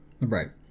Right